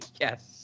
Yes